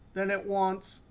then it wants,